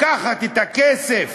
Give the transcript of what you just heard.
לקחת את הכסף